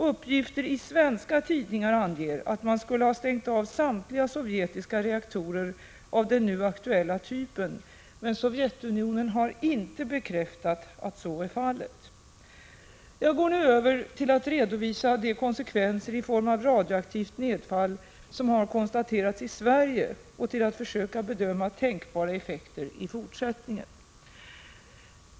Uppgifter i svenska tidningar anger att man skulle ha stängt av samtliga sovjetiska reaktorer av den nu aktuella typen, men Sovjetunionen har inte bekräftat att så är fallet. Jag går nu över till att redovisa de konsekvenser i form av radioaktivt nedfall som konstaterats i Sverige och till att försöka bedöma tänkbara effekter i fortsättningen.